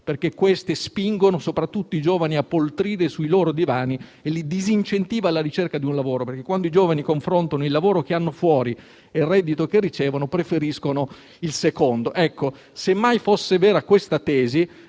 perché queste spingono soprattutto i giovani a poltrire sui loro divani e li disincentivano alla ricerca di un lavoro. Infatti, quando i giovani confrontano il lavoro che hanno fuori e il reddito che ricevono, preferiscono il secondo. Ecco, semmai fosse vera questa tesi,